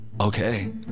Okay